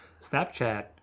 Snapchat